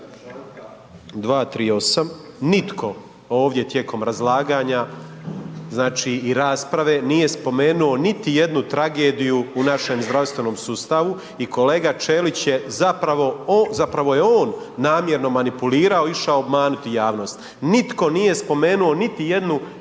238. nitko ovdje tijekom razlaganja znači i rasprave nije spomenuo niti jednu tragediju u našem zdravstvenom sustavu i kolega Ćelić je zapravo, zapravo je on namjerno manipulirao išao obmanuti javnost. Nitko nije spomenuo niti jednu tragediju